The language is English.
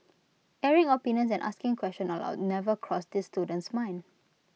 airing opinions and asking questions aloud never crossed this student's mind